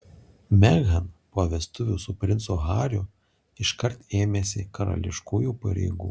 meghan po vestuvių su princu hariu iškart ėmėsi karališkųjų pareigų